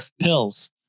Pills